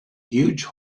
huge